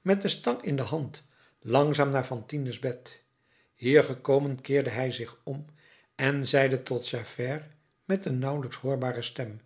met de stang in de hand langzaam naar fantine's bed hier gekomen keerde hij zich om en zeide tot javert met een nauwelijks hoorbare stem